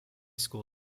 school